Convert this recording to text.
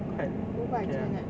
quite ya